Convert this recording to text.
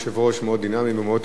ובוודאי הוא יטפל בזה כראוי,